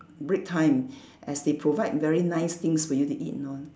break time as they provide very nice things for you to eat you know